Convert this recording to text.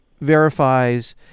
verifies